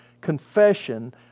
confession